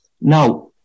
now